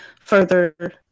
further